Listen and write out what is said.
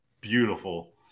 beautiful